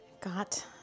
Got